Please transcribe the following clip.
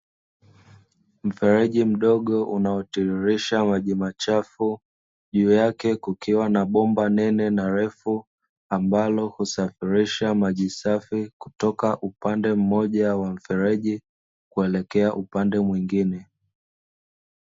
Mfereji mdogo unaotiririsha maji machafu, juu yake kukiwa kuna bomba nene na refu, ambalo husafirisha maji safi kutoka upande mmoja wa mfereji kuelekea upande mwingine.